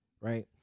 right